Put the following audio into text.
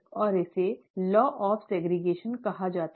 और इसे law of segregation कहा जाता है